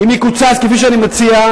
אם יקוצץ כפי שאני מציע,